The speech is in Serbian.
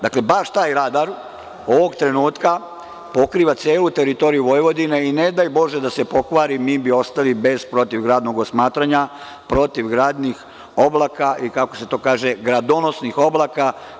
Dakle, baš taj radar ovog trenutka pokriva celu teritoriju Vojvodine i, ne daj Bože, da se pokvari, mi bi ostali bez protivgradnog osmatranja protivgradnih oblaka i, kako se to kaže, gradonosnih oblaka.